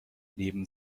neben